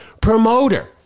promoter